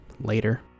Later